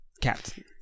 captain